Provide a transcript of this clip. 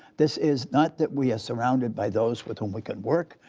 this is not that we are surrounded by those with whom we can work,